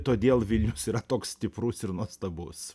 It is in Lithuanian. todėl vilnius yra toks stiprus ir nuostabus